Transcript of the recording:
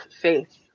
faith